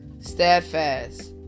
steadfast